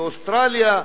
באוסטרליה,